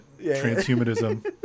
Transhumanism